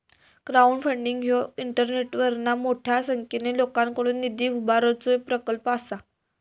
crowdfunding ह्यो इंटरनेटवरना मोठ्या संख्येन लोकांकडुन निधी उभारुचो प्रकल्प असा